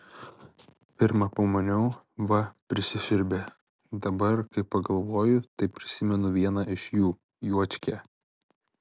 pirma pamaniau va prisisiurbė dabar kai pagalvoju tai prisimenu vieną iš jų juočkę